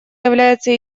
является